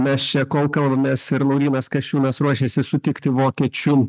mes čia kol kalbamės ir laurynas kasčiūnas ruošiasi sutikti vokiečių